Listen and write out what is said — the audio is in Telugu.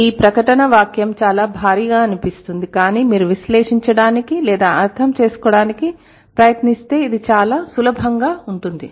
ఈ ప్రకటన వాక్యం చాలా భారీగా అనిపిస్తుంది కాని మీరు విశ్లేషించడానికి లేదా అర్థం చేసుకోవడానికి ప్రయత్నిస్తే ఇది చాలా సులభంగా ఉంటుంది